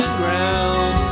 ground